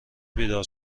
بیدار